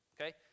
Okay